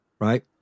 right